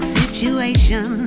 situation